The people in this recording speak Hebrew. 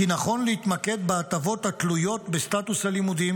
כי נכון להתמקד בהטבות התלויות בסטטוס הלימודים